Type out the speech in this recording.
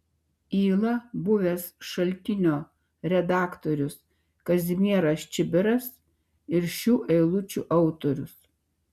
yla buvęs šaltinio redaktorius kazimieras čibiras ir šių eilučių autorius